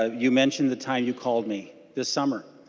ah you mention the time you called me this summer.